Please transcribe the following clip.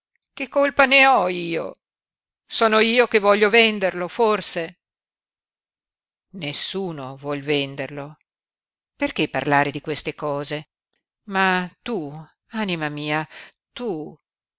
che colpa ne ho io sono io che voglio venderlo forse nessuno vuol venderlo perché parlare di queste cose ma tu anima mia tu